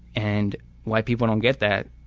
and white people don't get that,